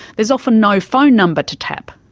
there's often no phone number to tap,